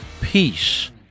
peace